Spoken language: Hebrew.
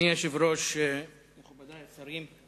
אדוני היושב-ראש, מכובדי השרים,